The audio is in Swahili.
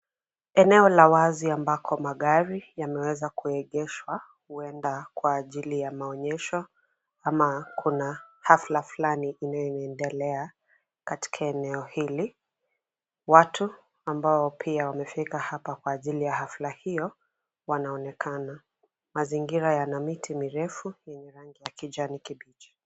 Eneo la wazi ambako magari yameweza kuegeshwa, huenda kwa ajili ya maonyesho ama kuna afla fulani inayoendelea katika eneo hili. Watu ambao pia wamefika hapa kwa ajili ya afla hio wanaonekana. Mazingira yana miti mirefu yenye rangi ya kijani kibichi.